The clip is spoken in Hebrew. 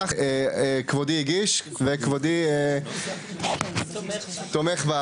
אנחנו התכנסנו לדון עכשיו על הרוויזיה שכבודי הגיש וכבודי תומך בזה.